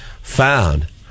found